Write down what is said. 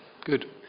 Good